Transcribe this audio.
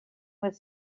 was